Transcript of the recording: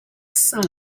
sun